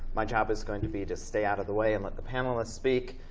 my job is going to be to stay out of the way and let the panelists speak.